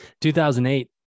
2008